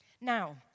Now